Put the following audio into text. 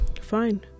fine